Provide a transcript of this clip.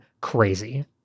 crazy